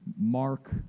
Mark